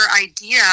idea